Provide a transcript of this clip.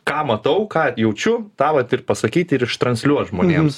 ką matau ką jaučiu tą vat ir pasakyti ir iš transliuot žmonėms